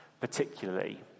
particularly